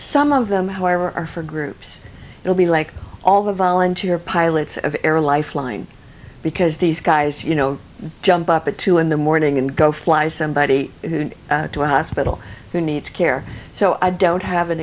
some of them however are for groups it will be like all the volunteer pilots and air lifeline because these guys you know jump up at two in the morning and go fly somebody to a hospital who needs care so i don't have an